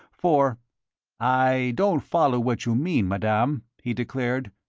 for i don't follow what you mean, madame, he declared.